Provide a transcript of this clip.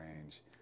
range